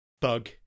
bug